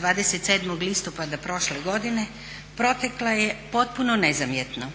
27. listopada prošle godine protekla je potpuno nezamjetno